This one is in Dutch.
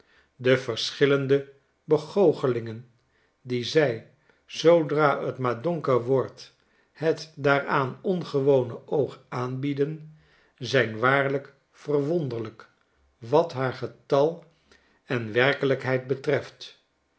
de verschillende begoochelingen die zij zoodra het maar donker wordt het daaraan ongewono oog aanbieden zijn waarlijk verwonderlijk wat haar getal en werkelijkheid betreft